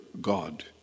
God